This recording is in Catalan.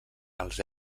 als